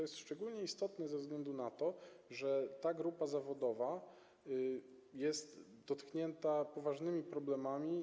Jest to szczególnie istotne ze względu na to, że ta grupa zawodowa jest dotknięta poważnymi problemami.